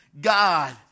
God